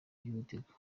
byihutirwa